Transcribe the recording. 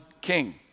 king